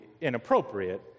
inappropriate